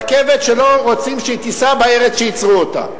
רכבת שלא רוצים שתיסע בארץ שבה ייצרו אותה.